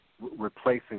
replacing